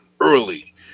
early